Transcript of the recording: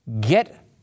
Get